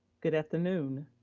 good afternoon,